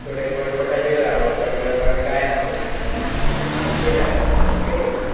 थोडे भट भटाचेरूत आवडटा किद्याक थोड्यांक जायना पयशांचे जावं आनी कितें जाल्यार तें जायना जाल्यार तें करता